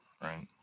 right